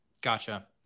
Gotcha